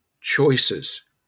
choices